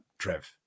Trev